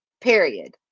Period